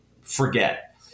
forget